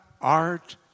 art